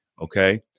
Okay